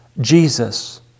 Jesus